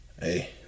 hey